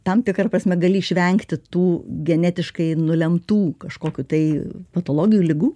tam tikra prasme gali išvengti tų genetiškai nulemtų kažkokių tai patologijų ligų